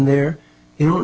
there you know